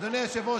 אדוני היושב-ראש,